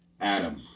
Adam